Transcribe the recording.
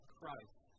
Christ